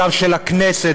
גם של הכנסת,